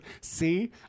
See